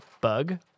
bug